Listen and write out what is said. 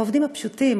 העובדים הפשוטים,